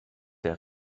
der